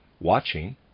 watching